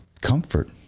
comfort